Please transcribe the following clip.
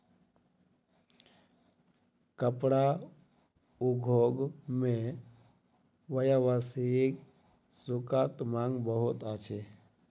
कपड़ा उद्योग मे व्यावसायिक सूतक मांग बहुत अछि